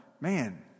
man